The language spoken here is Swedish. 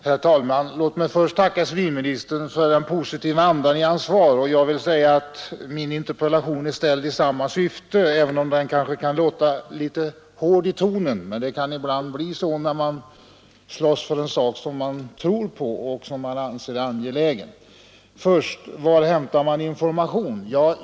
Herr talman! Låt mig först tacka civilministern för den positiva andan i hans svar. Min interpellation är framställd i samma syfte, även om den kan låta litet hård i tonen. Det blir ibland så när man slåss för en sak som man tror på och som man anser angelägen. Först: Var hämtar man information?